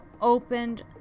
opened